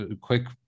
quick